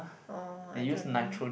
oh I don't know